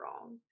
wrong